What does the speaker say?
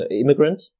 immigrant